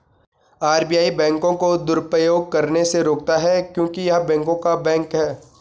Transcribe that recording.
RBI बैंकों को दुरुपयोग करने से रोकता हैं क्योंकि य़ह बैंकों का बैंक हैं